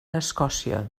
escòcia